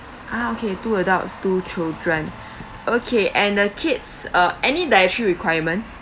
ah okay two adults two children okay and the kids uh any dietary requirements